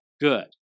good